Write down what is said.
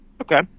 Okay